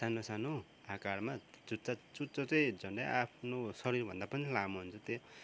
सानोसानो आकारमा चुच्चा चुच्चो चाहिँ झन्डै आफ्नो शरीरभन्दा पनि लामो हुन्छ त्यो